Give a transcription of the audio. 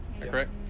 correct